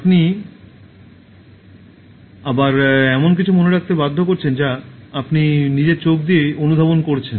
এবং তারপরে আপনি আবার এমন কিছু মনে রাখতে বাধ্য করছেন যা আপনি নিজের চোখ দিয়ে অনুধাবন করছেন